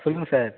சொல்லுங்கள் சார்